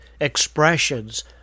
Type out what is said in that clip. expressions